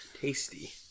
tasty